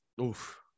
Oof